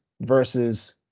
versus